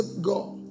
God